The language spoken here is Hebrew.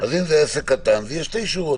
אם זה עסק קטן זה יהיה שתי שורות,